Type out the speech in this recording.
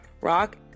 Rock